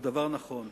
הוא דבר נכון.